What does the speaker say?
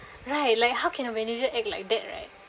right like how can a manager act like that right